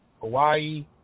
Hawaii